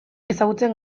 ezagutzen